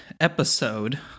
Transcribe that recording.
Episode